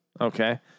Okay